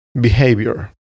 behavior